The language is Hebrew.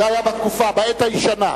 זה היה בעת הישנה.